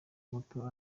muto